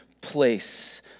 place